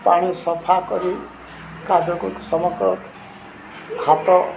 ପାଣି ସଫା କରି କାଦକୁ ସମଗ୍ର ହାତ